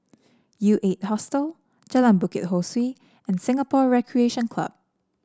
U Eight Hostel Jalan Bukit Ho Swee and Singapore Recreation Club